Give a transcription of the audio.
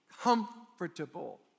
comfortable